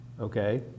Okay